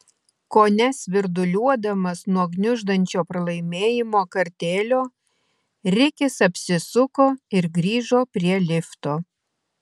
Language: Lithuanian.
kone svirduliuodamas nuo gniuždančio pralaimėjimo kartėlio rikis apsisuko ir grįžo prie lifto